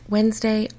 Wednesday